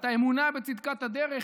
את האמונה בצדקת הדרך,